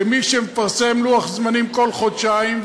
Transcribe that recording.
כמי שמפרסם לוח זמנים כל חודשיים,